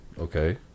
Okay